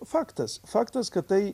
faktas faktas kad tai